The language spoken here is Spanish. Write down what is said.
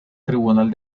tribunal